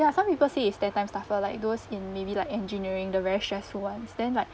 ya some people say it's ten times tougher like those in maybe like engineering the very stressful ones then like